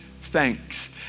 thanks